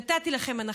נתתי לכם הנחה.